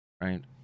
right